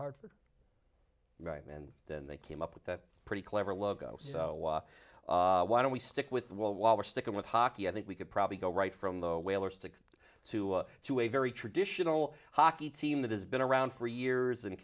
hartford right and then they came up with that pretty clever logo so why don't we stick with well while we're sticking with hockey i think we could probably go right from the whalers to to to a very traditional hockey team that has been around for years and